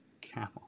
Camel